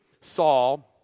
Saul